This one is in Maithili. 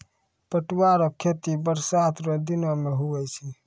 पटुआ रो खेती बरसात रो दिनो मे हुवै छै